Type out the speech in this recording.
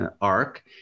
arc